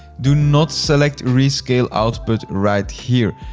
do not select rescale output right here.